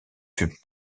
fut